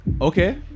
okay